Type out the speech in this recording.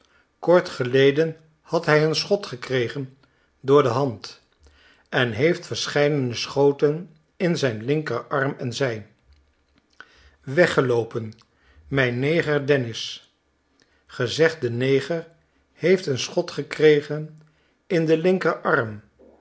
kort geleden had hij een schot gekregen door de hand en heeft verscheidene schoten in zijn linkerarm en zij w weggeloopen mijn neger dennis gezegde neger heeft een schot gekregen in den linkerarm